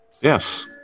Yes